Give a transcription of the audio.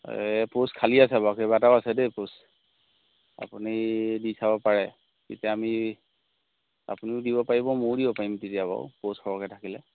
post খালী আছে বাৰু কেইবাটাও আছে দেই পোষ্ট আপুনি দি চাব পাৰে তেতিয়া আমি আপুনিও দিব পাৰিব ময়ো দিব পাৰিম তেতিয়া বাৰু পোষ্ট সৰহকৈ থাকিলে